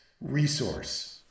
resource